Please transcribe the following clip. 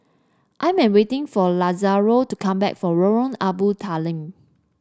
I'm waiting for Lazaro to come back from Lorong Abu Talib